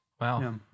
Wow